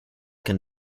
can